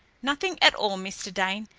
nothing at all, mr. dane,